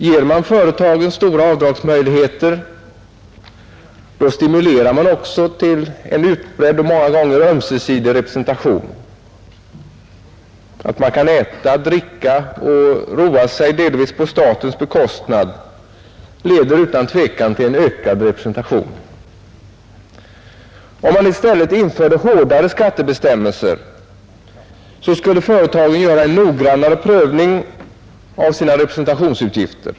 Ger man företagen stora avdragsmöjligheter, stimulerar man till en utbredd och många gånger ömsesidig representation. Att man kan äta, dricka och roa sig delvis på statens bekostnad leder utan tvivel till en ökad representation. Om man nu i stället införde hårdare skattebestämmelser, skulle företagen göra en noggrannare prövning av sina representationsutgifter.